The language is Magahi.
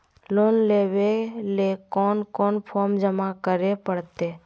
लोन लेवे ले कोन कोन फॉर्म जमा करे परते?